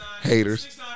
Haters